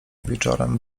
wieczorem